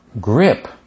grip